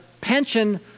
pension